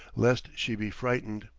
lest she be frightened.